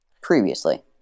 Previously